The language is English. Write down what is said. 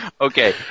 Okay